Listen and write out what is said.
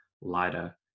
lighter